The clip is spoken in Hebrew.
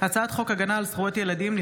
הצעת חוק ביטוח בריאות ממלכתי (תיקון,